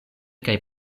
kaj